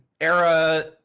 era